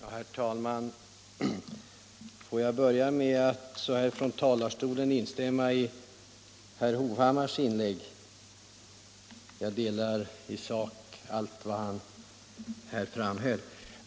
Herr talman! Får jag börja med att från talarstolen instämma i herr Hovhammars inlägg; jag delar i sak den uppfattning han där deklarerade.